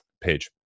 page